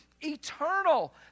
eternal